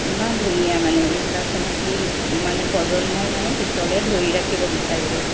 ইমান ধুনীয়া মানে এইবিলাক সিহঁতি মানে প্ৰজন্মই মানে পিছলৈ ধৰি ৰাখিব বিচাৰিব